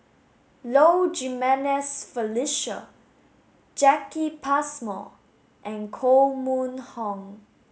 Low Jimenez Felicia Jacki Passmore and Koh Mun Hong